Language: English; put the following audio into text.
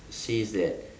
says that